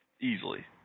easily